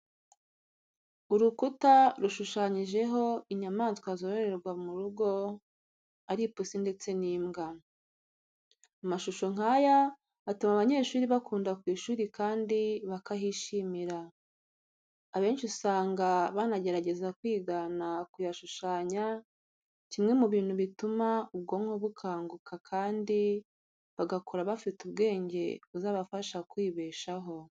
Urukuta rushushanyijeho inyamaswa zororerwa mu rugo ari ipusi ndetse n'imbwa. Amashusho nk'aya atuma abanyeshuri bakunda ku ishuri kandi bakahishimira. Abenshi usanga banagerageza kwigana kuyashushanya, kimwe mu bintu bituma ubwonko bukanguka kandi bagakura bafite ubwenge buzabafasha kwibeshaho.